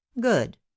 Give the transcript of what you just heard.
good